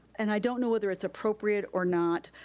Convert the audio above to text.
and i don't know whether it's appropriate or not,